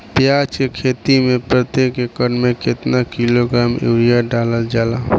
प्याज के खेती में प्रतेक एकड़ में केतना किलोग्राम यूरिया डालल जाला?